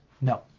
No